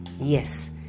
yes